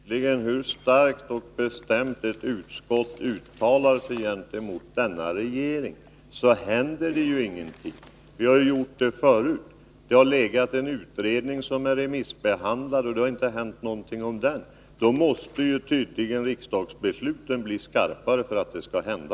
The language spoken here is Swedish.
Herr talman! Hur starkt och bestämt ett utskott än uttalar sig gentemot Torsdagen den denna regering händer det ju ingenting! Det har vi gjort förut. Det ligger en 11 mars 1982 utredning som är remissbehandlad, och det händer ingenting med den! Riksdagsbesluten måste tydligen bli skarpare för att det skall hända